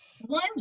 One